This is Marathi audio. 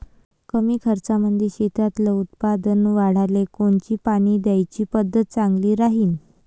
कमी खर्चामंदी शेतातलं उत्पादन वाढाले कोनची पानी द्याची पद्धत चांगली राहीन?